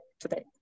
today